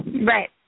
right